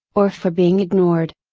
or for being ignored?